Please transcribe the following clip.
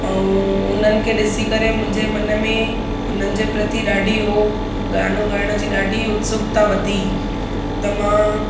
ऐं उन्हनि खे ॾिसी करे मुंहिंजे मन में उन्हनि जे प्रति ॾाढी उहो गानो गाइण जी ॾाढी उत्सुकता वधी त मां